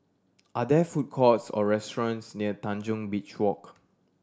are there food courts or restaurants near Tanjong Beach Walk